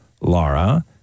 Laura